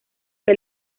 que